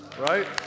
right